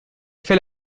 fait